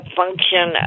function